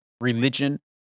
religion